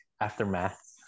aftermath